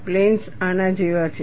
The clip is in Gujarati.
પ્લેન્સ આના જેવા છે